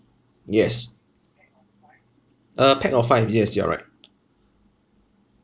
yes uh pax of five yes you're right